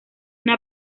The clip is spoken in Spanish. una